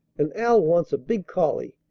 and al wants a big collie.